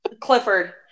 Clifford